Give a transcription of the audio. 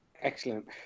Excellent